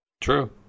True